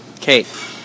Kate